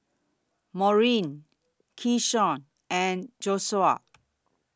Maurine Keshawn and Joshuah